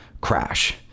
crash